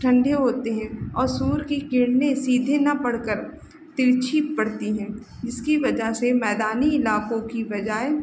ठण्डे होते हैं और सूर्य की किरणें सीधी न पड़कर तिरछी पड़ती हैं जिसकी वज़ह से मैदानी इलाकों के बज़ाय